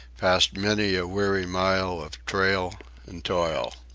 past many a weary mile of trail and toil.